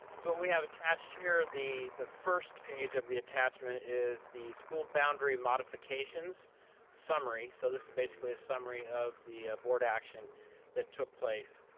so, what we have attached here, the the first page of the attachment is the school boundary modifications summary. so, this is basically a summary of the board action that took place.